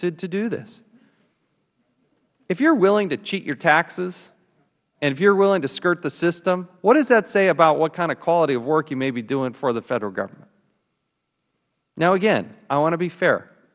do this if you are willing to cheat on your taxes and if you are willing to skirt the system what does that say about what kind of quality of work you may be doing for the federal government now again i want to be fair